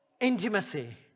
Intimacy